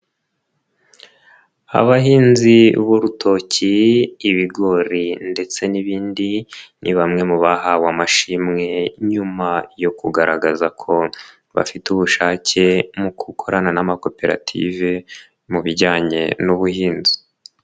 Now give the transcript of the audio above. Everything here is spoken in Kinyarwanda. Abahinzi b'urutoki, ibigori ndetse n'ibindi ni bamwe mu bahawe amashimwe nyuma yo kugaragaza ko bafite ubushake mu gukorana n'amakoperative mu bijyanye n'ubuhinzi.